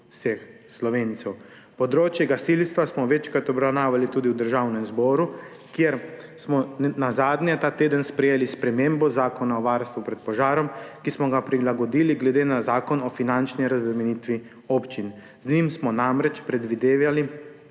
vseh Slovencev. Področje gasilstva smo večkrat obravnavali tudi v Državnem zboru, kjer smo nazadnje ta teden sprejeli spremembo Zakona o varstvu pred požarom, ki smo ga prilagodili glede na Zakon o finančni razbremenitvi občin. Z njim smo namreč predvidevali,